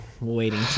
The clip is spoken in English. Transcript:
waiting